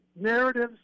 narratives